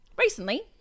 Recently